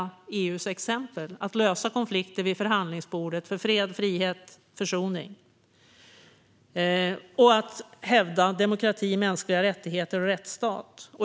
Det handlar om att lösa konflikter vid förhandlingsbordet för fred, frihet och försoning och hävda demokrati, mänskliga rättigheter och rättsstat.